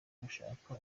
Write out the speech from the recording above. gushaka